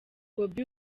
bobi